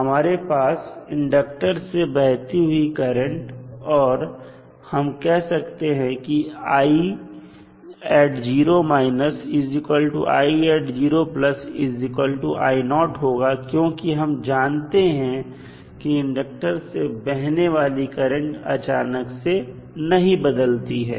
हमारे पास इंडक्टर से बहती हुई करंट है और हम कह सकते हैं होगा क्योंकि हम जानते हैं इंडक्टर से बहने वाली करंट अचानक से नहीं बदलती है